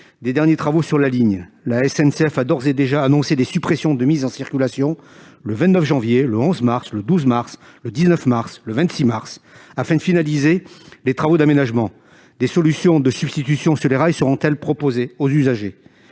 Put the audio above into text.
des derniers travaux sur la ligne ? La SNCF a d'ores et déjà annoncé la suppression des circulations le 29 janvier et les 11, 12, 19 et 26 mars 2022, afin de finaliser les travaux d'aménagement. Des solutions de substitution ferroviaire seront-elles proposées aux usagers ?